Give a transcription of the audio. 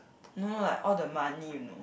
no like all the money you know